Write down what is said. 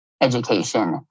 education